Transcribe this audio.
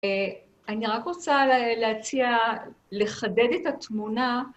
אני רק רוצה להציע, לחדד את התמונה.